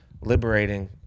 liberating